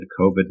COVID